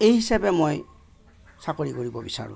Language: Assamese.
এই হিচাপে মই চাকৰি কৰিব বিচাৰোঁ